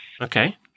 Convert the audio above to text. Okay